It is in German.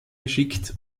geschickt